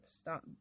stop